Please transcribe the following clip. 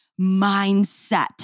mindset